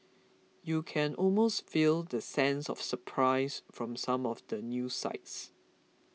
you can almost feel the sense of surprise from some of the news sites